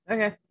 Okay